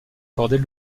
accorder